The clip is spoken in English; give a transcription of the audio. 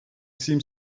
seemed